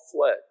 fled